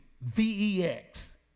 V-E-X